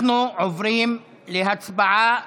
אנחנו עוברים להצבעה